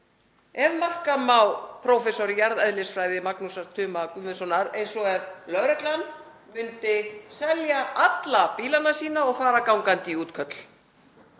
ef marka má orð prófessors í jarðeðlisfræði, Magnúsar Tuma Guðmundssonar, eins og ef lögreglan myndi selja alla bílana sína og fara gangandi í útköll.